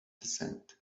descent